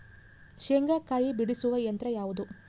ಶೇಂಗಾಕಾಯಿ ಬಿಡಿಸುವ ಯಂತ್ರ ಯಾವುದು?